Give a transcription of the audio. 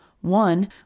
One